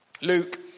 Luke